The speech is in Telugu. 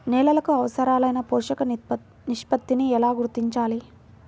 నేలలకు అవసరాలైన పోషక నిష్పత్తిని ఎలా గుర్తించాలి?